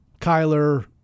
Kyler